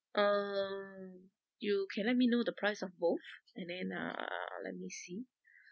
um you can let me know the price of both and then uh let me see